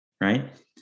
right